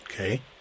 Okay